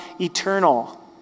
eternal